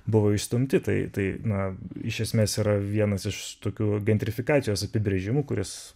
buvo išstumti tai tai na iš esmės yra vienas iš tokių gentrifikacijos apibrėžimų kuris